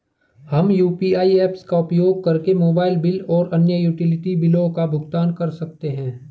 हम UPI apps का उपयोग करके मोबाइल बिल और अन्य यूटिलिटी बिलों का भुगतान कर सकते हैं